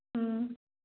ꯎꯝ